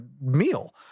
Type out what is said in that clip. meal